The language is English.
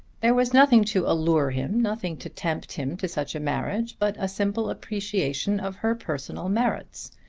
there was nothing to allure him, nothing to tempt him to such a marriage, but a simple appreciation of her personal merits.